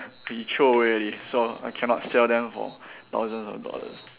he throw away already so I cannot sell them for thousands of dollars